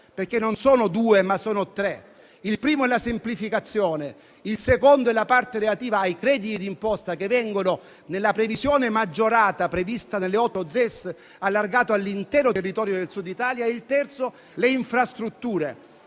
perché sono non due, ma tre. Il primo è la semplificazione, il secondo è costituito dalla parte relativa ai crediti d'imposta che, nella previsione maggiorata prevista dalle otto ZES, viene allargata all'intero territorio del Sud Italia e il terzo solo le infrastrutture.